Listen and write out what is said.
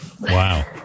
Wow